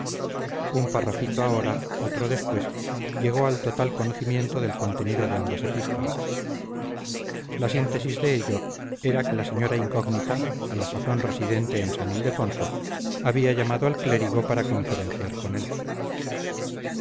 un parrafito ahora otro después llegó al total conocimiento del contenido de ambas epístolas la síntesis de ello era que la señora incógnita a la sazón residente en san ildefonso había llamado al clérigo para conferenciar con él